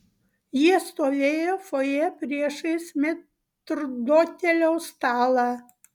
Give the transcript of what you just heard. jie stovėjo fojė priešais metrdotelio stalą